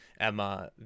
Emma